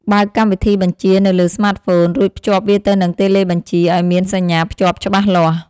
បើកកម្មវិធីបញ្ជានៅលើស្មាតហ្វូន រួចភ្ជាប់វាទៅនឹងតេឡេបញ្ជាឱ្យមានសញ្ញាភ្ជាប់ច្បាស់លាស់។